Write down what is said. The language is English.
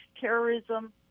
Terrorism